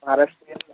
Maharashtrian